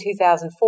2004